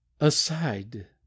Aside